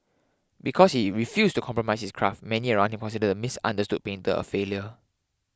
because he refused to compromise his craft many around him considered the misunderstood painter a failure